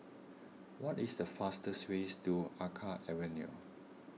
what is the fastest way to Alkaff Avenue